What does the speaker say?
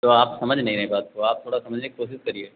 आप समझ नहीं रहे हैं बात को आप थोड़ा समझने की कोशिश करिए